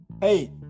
hey